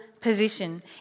position